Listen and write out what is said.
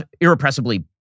irrepressibly